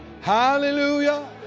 Hallelujah